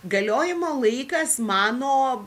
galiojimo laikas mano